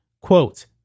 Quote